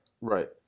Right